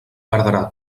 perdrà